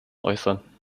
äußern